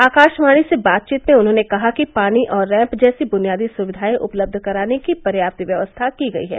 आकाशवाणी से बातचीत में उन्होंने कहा कि पानी और रैम्प जैसी बुनियादी सुविघाए उपलब्ध कराने की पर्याप्त व्यवस्था की गई है